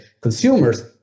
consumers